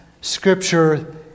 scripture